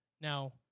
Now